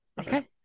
Okay